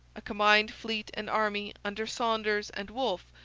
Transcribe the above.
a combined fleet and army, under saunders and wolfe,